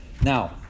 Now